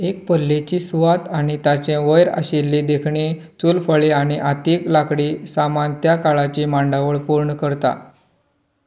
एक पोल्लेची सुवात आनी ताचे वयर आशिल्ली देखणी चूलफळी आनी हातीक लाकडी सामान त्या काळाची मांडावळ पूर्ण करता